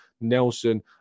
Nelson